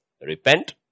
repent